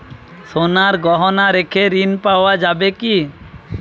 সোনার গহনা রেখে ঋণ পাওয়া যাবে কি?